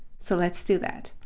so let's do that.